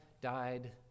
died